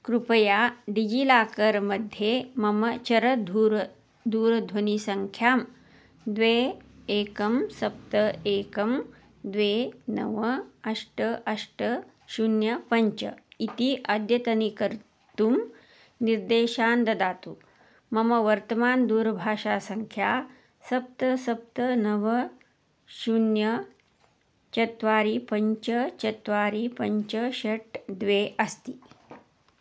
कृपया DigiLocker मध्ये मम चरदूरवाणी दूरध्वनिसङ्ख्यां द्वे एकं सप्त एकं द्वे नव अष्ट अष्ट शून्य पञ्च इति अद्यतनीकर्तुं निर्देशान् ददातु मम वर्तमानदूरभाषासङ्ख्या सप्त सप्त नव शून्य चत्वारि पञ्च चत्वारि पञ्च षट् द्वे अस्ति